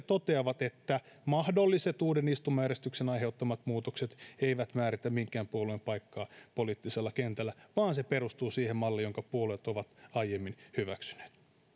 toteavat että mahdolliset uudet istumajärjestyksen aiheuttamat muutokset eivät määritä minkään puolueen paikkaa poliittisella kentällä vaan se perustuu siihen malliin jonka puolueet ovat aiemmin hyväksyneet